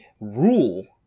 rule